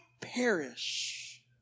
perish